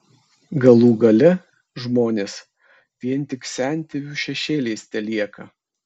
galų gale žmonės vien tik sentėvių šešėliais telieka